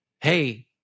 hey